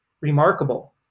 remarkable